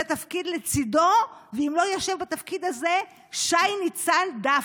תפקיד לצידו ואם לא יושב בתפקיד הזה שי ניצן דווקא.